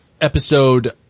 episode